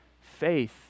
faith